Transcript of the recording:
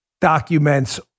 documents